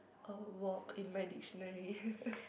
or walk in my dictionary